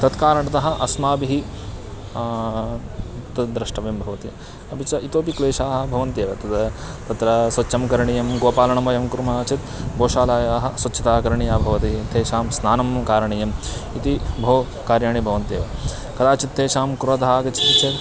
तत्कारणतः अस्माभिः तत् द्रष्टव्यं भवति अपि च इतोपि क्लेशाः भवन्त्येव तद् तत्र स्वच्छं करणीयं गोपालनं वयं कुर्मः चेत् गोशालायाः स्वच्छताः करणीया भवति तेषां स्नानं कारणीयम् इति बहु कार्याणि भवन्त्येव कदाचित् तेषां क्रोधः आगच्छति चेत्